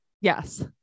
Yes